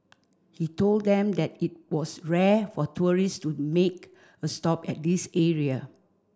he told them that it was rare for tourist to make a stop at this area